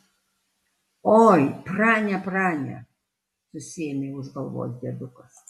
oi prane prane susiėmė už galvos diedukas